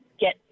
get